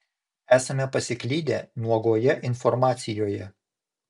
esame pasiklydę nuogoje informacijoje